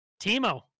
Teemo